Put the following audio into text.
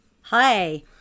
Hi